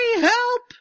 help